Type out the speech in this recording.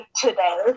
today